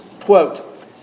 quote